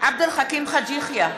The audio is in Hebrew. עבד אל חכים חאג' יחיא,